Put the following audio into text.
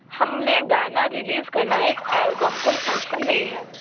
हमें गाना रिलीज़ करना एक एल्बम कोई फंक्शन नहीं है